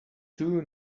two